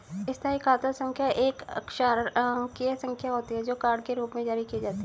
स्थायी खाता संख्या एक अक्षरांकीय संख्या होती है, जो कार्ड के रूप में जारी की जाती है